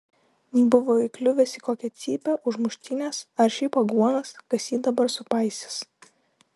buvo įkliuvęs į kokią cypę už muštynes ar šiaip aguonas kas jį dabar supaisys